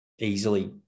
easily